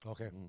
Okay